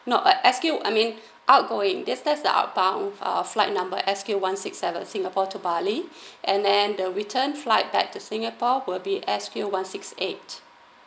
not S_Q I mean outgoing that's this the outbound uh flight number S_Q one six seven singapore to bali and then the return flight back to singapore will be S_Q one six eight